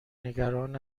نگران